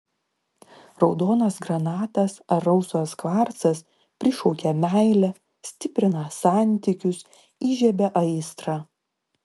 raudonas granatas ar rausvas kvarcas prišaukia meilę stiprina santykius įžiebia aistrą